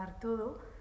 todo